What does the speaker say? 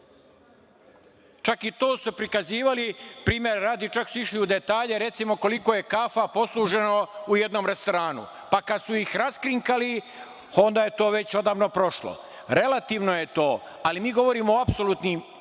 čak i to su prikazivali, išli su u detalje, recimo koliko je kafa posluženo u jednom restoranu, pa kada su ih raskrinkali, onda je to već odavno prošlo. Relativno je to, ali mi govorimo o apsolutnim